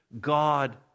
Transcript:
God